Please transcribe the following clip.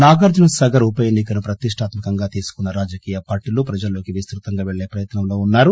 నాగార్జున సాగర్ ఉప ఎన్ని కను ప్రతిష్టాత్మకంగా తీసుకున్న రాజకీయ పార్టీలు ప్రజల్లోకి విస్తృతంగా పెళ్లే ప్రయత్నంలో ఉన్నారు